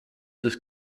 this